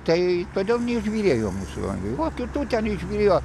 tai todėl neišbyrėjo langai vo kitų ten išbyrėjo